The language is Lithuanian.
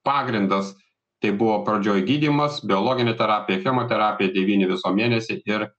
pagrindas tai buvo pradžioj gydymas biologinė terapija chemoterapija devyni viso mėnesiai ir